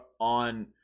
on